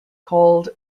called